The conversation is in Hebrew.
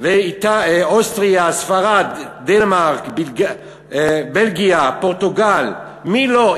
אוסטריה, ספרד, דנמרק, בלגיה, פורטוגל, מי לא?